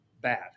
bad